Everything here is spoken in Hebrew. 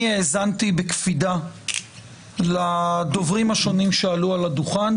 האזנתי בקפידה לדוברים השונים שעלו על הדוכן,